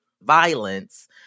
violence